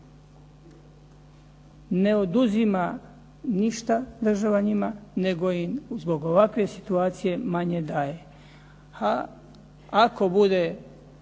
Ne oduzima ništa država njima, nego im zbog ovakve situacije manje daje. A ako bude